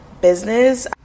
business